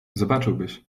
zobaczyłbyś